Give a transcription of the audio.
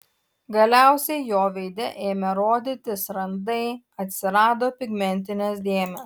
galiausiai jo veide ėmė rodytis randai atsirado pigmentinės dėmės